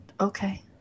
okay